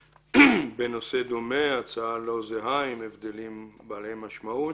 והצעה דומה אבל עם הבדלים בעלי משמעות